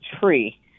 tree